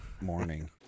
morning